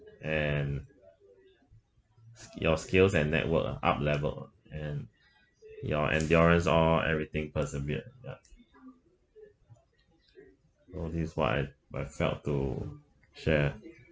and s~ your skills and network are up levelled and your endurance all everything persevered ya all this is what I I felt to share